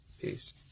Peace